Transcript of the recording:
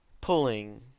pulling